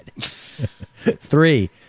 Three